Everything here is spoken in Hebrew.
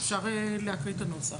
אפשר להקריא את הנוסח.